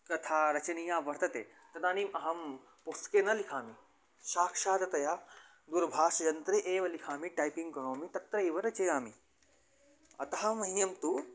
कथा रचनीया वर्तते तदानीम् अहं पुस्तके न लिखामि साक्षात् तया दूरभाषायन्त्रे एव लिाखामि टैपिङ्ग् करोमि तत्र एव रचयामि अतः मह्यं तु